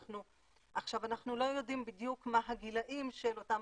אנחנו לא יודעים בדיוק מה הגילאים של אותם